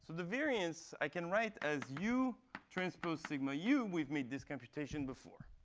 the variance i can write as u transpose sigma u. we've made this computation before.